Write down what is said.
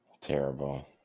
Terrible